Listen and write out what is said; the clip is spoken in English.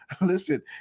listen